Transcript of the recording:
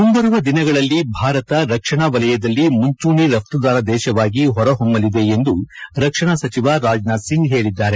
ಮುಂಬರುವ ದಿನಗಳಲ್ಲಿ ಭಾರತ ರಕ್ಷಣಾ ಸಾಮಾಗ್ರಿ ವಲಯದಲ್ಲಿ ಮುಂಚೂಣಿ ರಫ್ತುದಾರ ದೇಶವಾಗಿ ಹೊರಹೊಮ್ಮಲಿದೆ ಎಂದು ರಕ್ಷಣಾ ಸಚಿವ ರಾಜ್ ನಾಥ್ ಸಿಂಗ್ ಹೇಳಿದ್ದಾರೆ